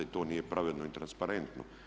To nije pravedno i transparentno.